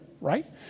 right